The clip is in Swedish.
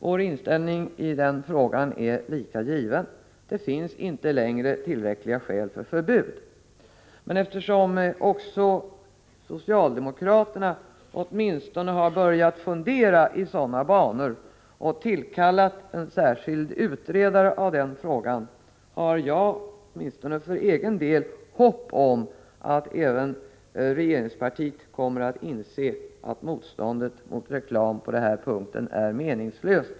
Vår inställning i denna fråga är lika given: det finns inte längre tillräckliga skäl för förbud. Eftersom också socialdemokraterna åtminstone har börjat fundera i sådana banor och har tillkallat en särskild utredare i denna fråga har jag för egen del hopp om att även regeringspartiet kommer att inse att motstånd mot reklam på denna punkt är meningslöst.